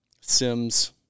Sims